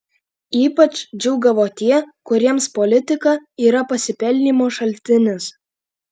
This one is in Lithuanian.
ypač džiūgavo tie kuriems politika yra pasipelnymo šaltinis